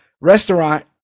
restaurant